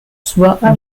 soi